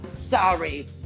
sorry